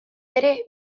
ere